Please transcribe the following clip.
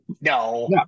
No